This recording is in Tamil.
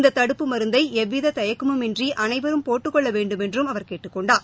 இந்த தடுப்பு மருந்தை எவ்வித தயக்கமும் இன்றி அனைவரும் போட்டிக் கொள்ள வேண்டுமென்றும் அவர் கேட்டுக் கொண்டார்